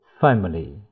family